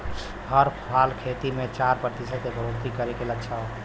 हर साल खेती मे चार प्रतिशत के बढ़ोतरी करे के लक्ष्य हौ